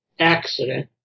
Accident